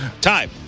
Time